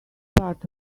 part